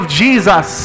jesus